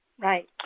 right